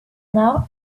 now